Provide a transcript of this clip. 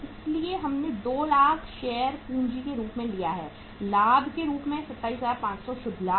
इसलिए हमने 2 लाख शेयर पूंजी के रूप में लिया है लाभ के रूप में 27500 शुद्ध लाभ